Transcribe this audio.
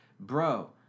Bro